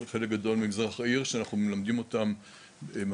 חלק גדול ממזרח העיר שאנחנו מלמדים אותם ממש.